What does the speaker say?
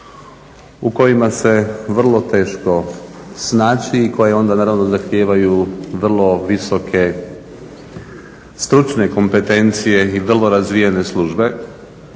u kojima se vrlo teško snaći i koje onda naravno zahtijevaju vrlo visoke stručne kompetencije i vrlo razvijene službe.